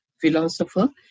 philosopher